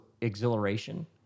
exhilaration